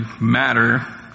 matter